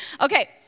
Okay